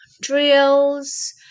drills